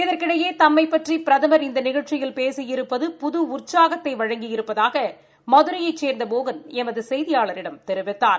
இதற்கிடையே தம்மைப் பற்றி பிரதமர் இந்த நிகழ்ச்சியில் பேசியிருப்பது புது உற்சாகத்தை வழங்கி இருப்பதாக மதுரையைச் சேர்ந்த மோகன் எமது செய்தியாளரிடம் தெரிவித்தார்